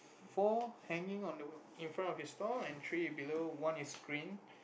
four hanging on the in front of your stall and tree below one is green